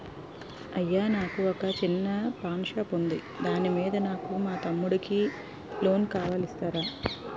అయ్యా నాకు వొక చిన్న పాన్ షాప్ ఉంది దాని మీద నాకు మా తమ్ముడి కి లోన్ కావాలి ఇస్తారా?